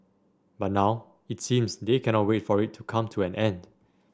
but now it seems they cannot wait for it to come to an end